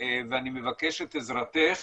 ואני מבקש את עזרתך